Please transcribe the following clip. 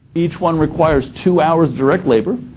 each one requires two hours direct labor.